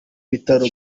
bitaro